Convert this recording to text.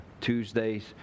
Tuesdays